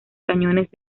cañones